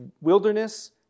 wilderness